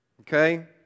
okay